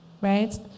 right